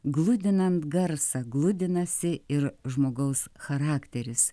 gludinant garsą gludinasi ir žmogaus charakteris